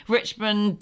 Richmond